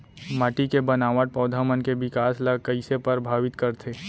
माटी के बनावट पौधा मन के बिकास ला कईसे परभावित करथे